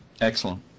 excellent